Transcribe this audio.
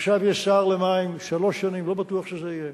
עכשיו יש שר למים שלוש שנים, לא בטוח שזה יהיה,